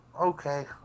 Okay